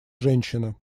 женщина